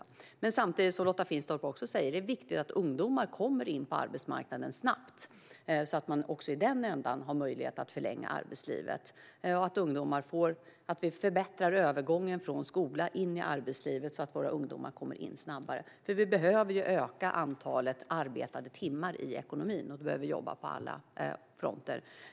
Samtidigt är det viktigt, som Lotta Finstorp också säger, att ungdomar kommer in på arbetsmarknaden snabbt så att man också i den änden har möjlighet att förlänga arbetslivet och att vi förbättrar övergången från skolan in i arbetslivet så att våra ungdomar kommer in snabbare. Vi behöver öka antalet arbetade timmar i ekonomin, och då behöver vi jobba på alla fronter.